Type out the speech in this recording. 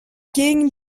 gegen